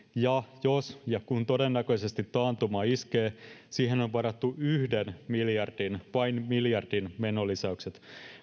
ja jos ja kun todennäköisesti taantuma iskee siihen on varattu yhden miljardin vain miljardin menolisäykset